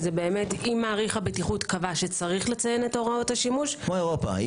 אם מעריך הבטיחות קבע שיש לציין את הוראות השימוש- -- כמו אירופה.